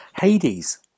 Hades